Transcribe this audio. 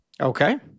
Okay